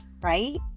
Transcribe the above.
right